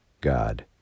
God